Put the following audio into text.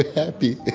ah happy